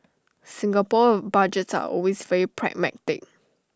Singapore Budgets are always very pragmatic